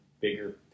bigger